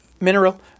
mineral